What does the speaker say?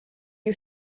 you